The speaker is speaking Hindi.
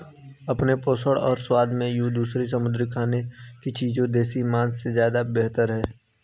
अपने पोषण और स्वाद में ये दूसरी समुद्री खाने की चीजें देसी मांस से ज्यादा बेहतर है